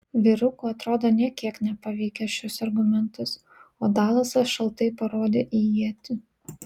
vyrukų atrodo nė kiek nepaveikė šis argumentas o dalasas šaltai parodė į ietį